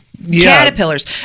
caterpillars